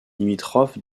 limitrophes